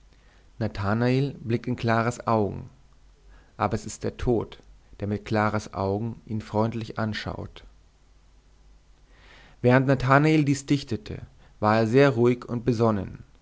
nathanael blickt in claras augen aber es ist der tod der mit claras augen ihn freundlich anschaut während nathanael dies dichtete war er sehr ruhig und besonnen